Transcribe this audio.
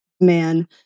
man